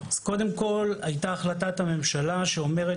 קודם כל הייתה החלטת הממשלה שאומרת